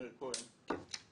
מאיר כהן.